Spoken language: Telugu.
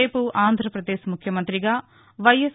రేపు ఆంధ్రప్రదేశ్ ముఖ్యమంతిగా వైఎస్